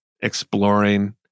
exploring